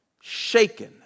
Shaken